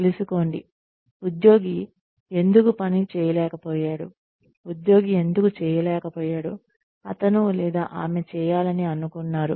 తెలుసుకోండి ఉద్యోగి ఎందుకు పని చేయలేకపోయాడు ఉద్యోగి ఎందుకు చేయలేకపోయాడు అతను లేదా ఆమె ఏమి చేయాలని అనుకున్నారు